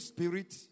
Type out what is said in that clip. Spirit